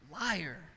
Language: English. Liar